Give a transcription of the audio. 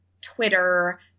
Twitter